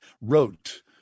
wrote